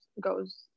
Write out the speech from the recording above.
goes